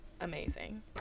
Amazing